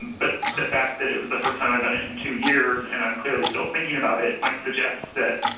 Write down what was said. but the fact that it was the first time i've done it in two years and i'm clearly still thinking about it, might suggest that,